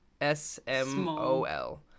s-m-o-l